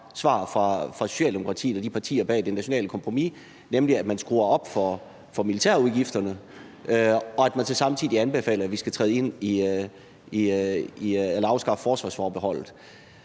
svar fra Socialdemokratiet og partierne bag det nationale kompromis, nemlig at man skruer op for militærudgifterne, og at man så samtidig anbefaler, at vi skal afskaffe forsvarsforbeholdet.